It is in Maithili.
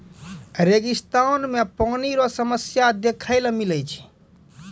रेगिस्तान मे पानी रो समस्या देखै ले मिलै छै